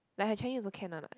like her Chinese also can lah